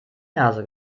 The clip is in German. nase